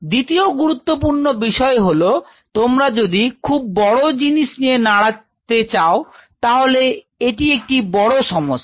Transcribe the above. দ্বিতীয় গুরুত্বপূর্ণ বিষয় হলো তোমরা যদি খুব বড় জিনিস নিয়ে নাড়াতে চাও তাহলে এটি একটি বড় সমস্যা